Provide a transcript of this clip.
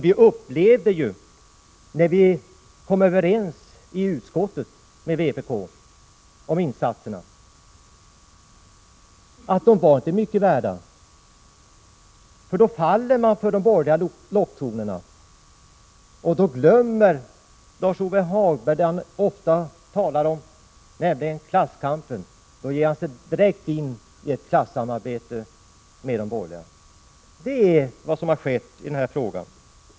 Vi fann ju, när vi i utskottet kom överens med vpk om insatserna, att överenskommelserna inte var mycket värda. Vpk faller för de borgerliga locktonerna, och då glömmer Lars-Ove Hagberg det som han ofta talar om, nämligen klasskampen, och ger sig direkt in i ett klassamarbete med de borgerliga. Det är vad 95 som har skett i den här frågan.